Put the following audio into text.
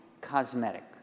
cosmetic